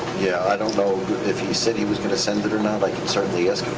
yeah. i don't know if he said he was gonna send it or not. i can certainly